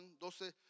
doce